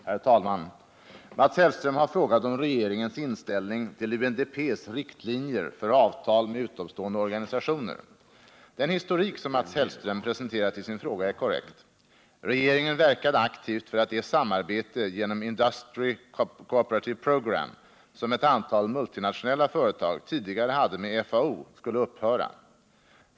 Herr talman! Mats Hellström har frågat om regeringens inställning till UNDP:s riktlinjer för avtal med utomstående organisationer. Den historik som Mats Hellström presenterat i sin fråga är korrekt. Regeringen verkade aktivt för att det samarbete genom Industry Cooperative Program som ett antal multinationella företag tidigare hade med FAO skulle upphöra.